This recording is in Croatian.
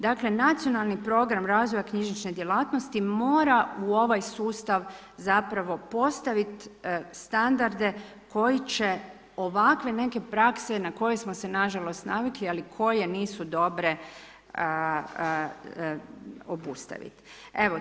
Dakle, nacionalni program razvoja knjižničke djelatnosti, mora u ovaj sustav zapravo postaviti standarde, koji će ovakve neke prakse, na koji smo se nažalost navikli, ali koje nisu dobre obustavu.